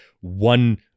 one